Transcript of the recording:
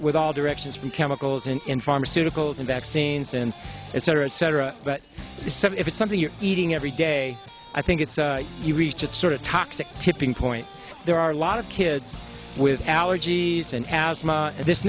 with all directions from chemicals and in pharmaceuticals and vaccines and it's cetera et cetera but if it's something you're eating every day i think it's you reach it's sort of toxic tipping point there are lot of kids with allergies and asthma and this